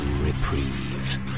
reprieve